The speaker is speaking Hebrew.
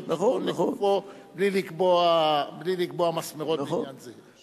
נכון לגופו בלי לקבוע מסמרות לעניין זה.